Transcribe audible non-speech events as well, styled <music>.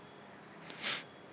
<breath>